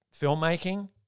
filmmaking